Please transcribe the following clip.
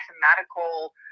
mathematical